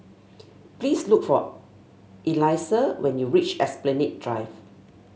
please look for Elyssa when you reach Esplanade Drive